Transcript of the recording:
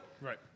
Right